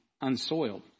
unsoiled